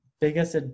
Biggest